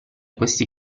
questi